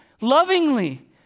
lovingly